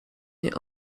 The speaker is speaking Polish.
nie